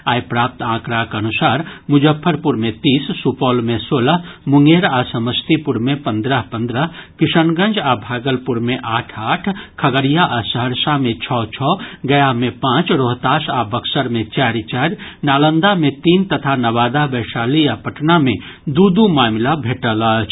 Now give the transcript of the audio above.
आइ प्राप्त आंकड़ाक अनुसार मुजफ्फरपुर मे तीस सुपौल मे सोलह मुंगेर आ समस्तीपुर मे पंद्रह पंद्रह किशनगंज आ भागलपुर मे आठ आठ खगड़िया आ सहरसा मे छओ छओ गया मे पांच रोहतास आ बक्सर मे चारि चारि नालंदा मे तीन तथा नवादा वैशाली आ पटना मे दू दू मामिला भेटल अछि